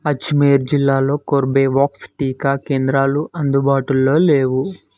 అజ్మీర్ జిల్లాలో కోర్బేవాక్స్ టీకా కేంద్రాలు అందుబాటులో లేవు